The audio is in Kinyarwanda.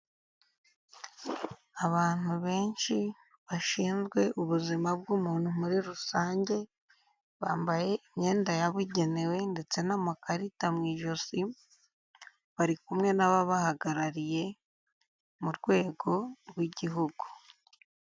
Abantu benshi bashinzwe ubuzima bw'umuntu muri rusange, bambaye imyenda yabugenewe ndetse n'amakarita mu ijosi, bari kumwe n'ababahagarariye mu rwego rw'igihugu.